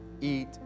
eat